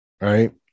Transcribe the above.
right